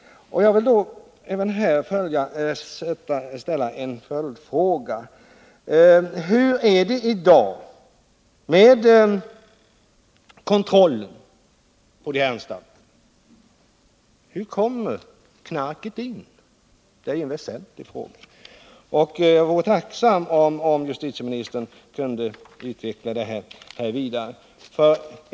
Och jag vill även här ställa en följdfråga: Hur är det i dag med kontrollen på dessa anstalter? Hur kommer knarket in? Det är en väsentlig fråga. Jag vore tacksam om justitieministern kunde utveckla detta vidare.